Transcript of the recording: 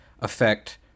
affect